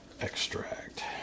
extract